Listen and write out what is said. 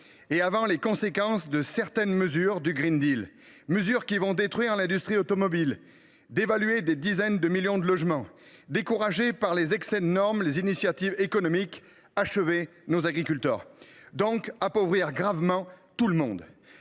et avant les conséquences de certaines mesures du, mesures qui vont détruire l’industrie automobile, dévaluer des dizaines de millions de logements, décourager par les excès de normes les initiatives économiques et achever nos agriculteurs, donc appauvrir gravement tout le monde.